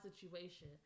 situation